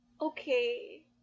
Okay